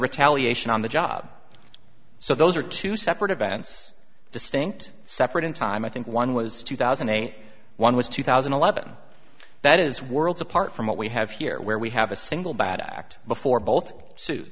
retaliation on the job so those are two separate events distinct separate in time i think one was two thousand and one was two thousand and eleven that is worlds apart from what we have here where we have a single bad act before both